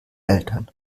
eltern